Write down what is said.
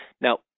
Now